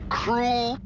cruel